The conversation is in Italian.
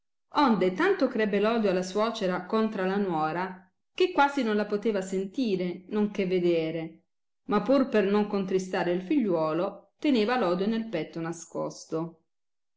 onde tanto crebbe lodo la suocera contra la nuora che quasi non la poteva sentire non che vedere ma pur per non contristare il figliuolo teneva lodo nel petto nascosto